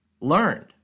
learned